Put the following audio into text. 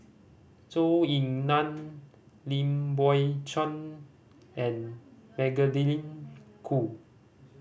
Zhou Ying Nan Lim Biow Chuan and Magdalene Khoo